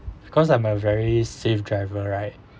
because I'm a very safe driver right